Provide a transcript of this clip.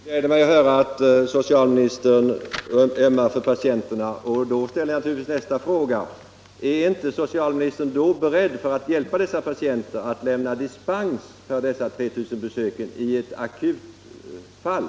Herr talman! Det gläder mig att höra att socialministern ömmar för patienterna. Då ställer jag naturligtvis nästa fråga: Är inte socialministern beredd att för att hjälpa dessa patienter lämna dispens från de 3 000 besöken i ett akut fall?